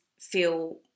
feel